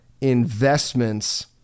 investments